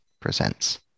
presents